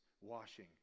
washing